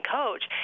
coach